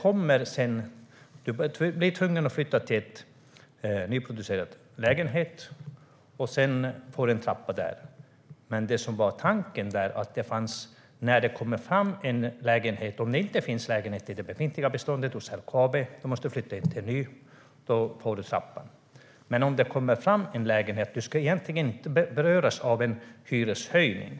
Om det inte finns någon lägenhet i det befintliga beståndet hos LKAB och man måste flytta till en nyproducerad lägenhet får man en hyrestrappa där. Men man ska egentligen inte beröras av en hyreshöjning.